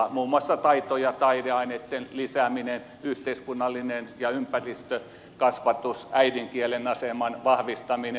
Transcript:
muun muassa taito ja taideaineitten lisääminen yhteiskunnallinen ja ympäristökasvatus äidinkielen aseman vahvistaminen